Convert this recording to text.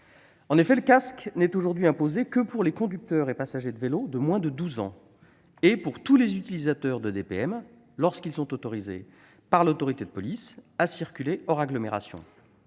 Le port du casque n'est à ce jour imposé qu'aux conducteurs et passagers de vélos de moins de 12 ans, ainsi qu'à tous les utilisateurs d'EDPM, lorsqu'ils sont autorisés par l'autorité de police à circuler hors agglomération.